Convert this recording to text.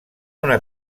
una